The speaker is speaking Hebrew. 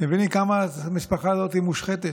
אתם מבינים כמה המשפחה הזאת מושחתת?